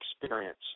experience